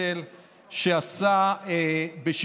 נדמה לי שהיום אנחנו מציינים את היום הקצר בשנה,